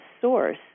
source